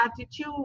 attitude